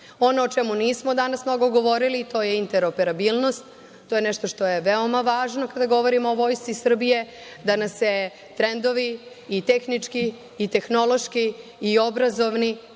o čemu nismo danas mnogo govorili to je interoperabilnost, to je nešto što je veoma važno kada govorimo o Vojsci Srbije. Danas se trendovi i tehnički i tehnološki i obrazovni